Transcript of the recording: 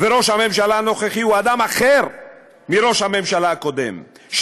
וראש הממשלה הנוכחי הוא אדם אחר מראש הממשלה הקודם,